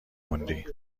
موندی